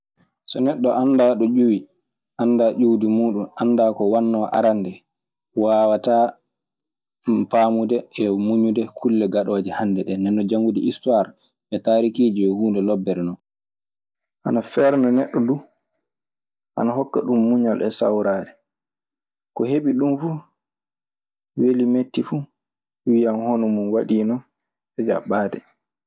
So neɗɗo anndaa ɗo ƴiwi, anndaa ƴiwdi muuɗun. Anndaa ko waɗnoo arande waawataa faamude e muñude kulle gaɗooje hande ɗee. Ndeen non janngude histuwaar e taarikiiji yo huunde lobbere non. Ana feerna neɗɗo duu, ana hokka ɗun muñal e sawraare. Ko heɓi ɗun fuu, welii metti fuu wiyan hono mun waɗiino e ƴaɓɓaade.